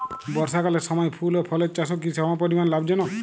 বর্ষাকালের সময় ফুল ও ফলের চাষও কি সমপরিমাণ লাভজনক?